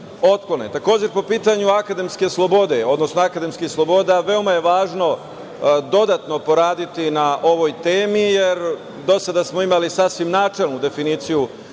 otklone. Takođe, po pitanju akademske slobode, odnosno akademskih sloboda, veoma je važno dodatno poraditi na ovoj temi, jer do sada smo imali sasvim načelnu definiciju